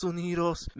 Unidos